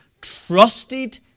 trusted